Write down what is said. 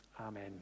amen